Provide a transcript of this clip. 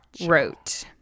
wrote